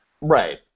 Right